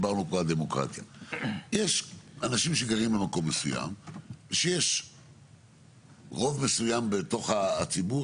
נניח יש אנשים שגרים במקום מסוים ויש רוב מהתושבים